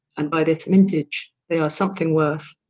and by this mintage they are something worth,